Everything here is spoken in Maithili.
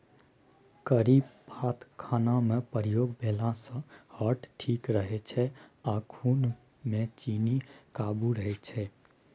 करी पात खानामे प्रयोग भेलासँ हार्ट ठीक रहै छै आ खुनमे चीन्नी काबू रहय छै